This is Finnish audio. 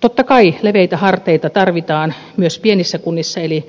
totta kai leveitä harteita tarvitaan myös pienissä kunnissa eli